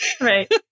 Right